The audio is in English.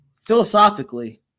Philosophically